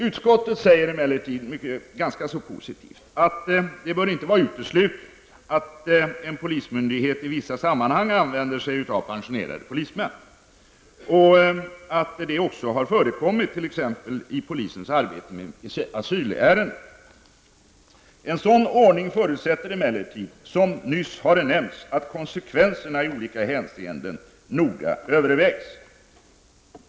Utskottet uttalar emellertid, ganska så positivt, att det inte bör vara uteslutet att en polismyndighet i vissa sammanhang använder pensionerade polismän och att det också har förekommit i polisens arbete med asylärenden. En sådan ordning förutsätter emellertid, som nyss har nämnts, att konsekvenserna i olika hänseenden noga övervägs.